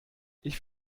ich